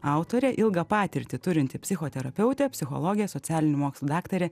autorė ilgą patirtį turinti psichoterapeutė psichologė socialinių mokslų daktarė